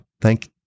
Thank